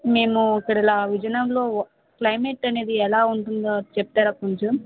మేము ఇక్కడ ఇలా విజయనగరంలో క్లైమేట్ అనేది ఎలా ఉంటుందో చెప్తారా కొంచెం